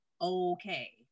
okay